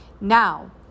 Now